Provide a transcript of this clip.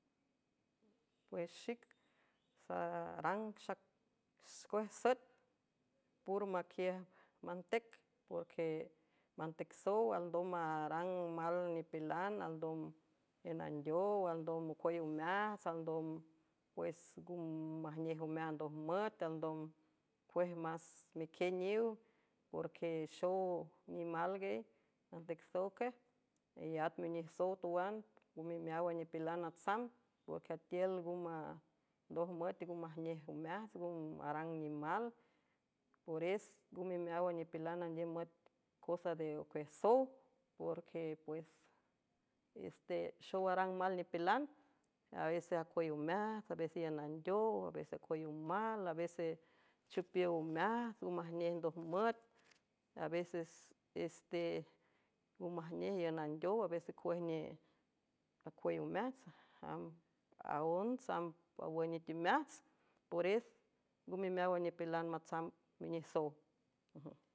Pues xic sarang xcuej süet por maquiüj mantec porque mantec sow alndom arang mal nipilan alndom iün andeow alndom mocuüy omeajts alndom pues ngo majnej omeaj ndoj müet alndom cuej más mequieniw porque xow nimalgey antecsowe eyat minij sow tawan ngome meáwan nipilan atsam porque atiül ngomndoj müet ngo majnej omeajts ngo arang nimal pores ngome meáwan nipilan andiüm müet cosa de cuiej sow porque puessexow arang mal nipilan avese acuüy omeajts aves iün andeow aves ecuüy omal avese chüpiow omeajts ngo majnej ndoj müet avesesse ngo majnej iün andeow aves ej acuüy omeajts amb aóntsamb mawünnit imeajts pores ngume meáwan nipilan matsamb minij sowj.